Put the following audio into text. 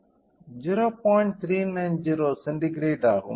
390 centigrade ஆகும்